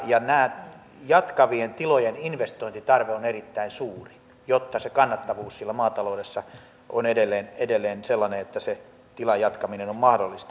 näiden jatkavien tilojen investointitarpeet ovat erittäin suuria jotta se kannattavuus siellä maataloudessa on edelleen sellainen että se tilan jatkaminen on mahdollista